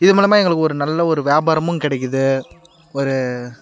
இதன் மூலமாக எங்களுக்கு ஒரு நல்ல ஒரு வியாபாரமும் கிடைக்குது ஒரு